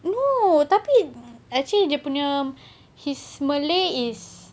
no tapi actually dia punya his malay is